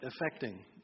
affecting